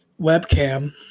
webcam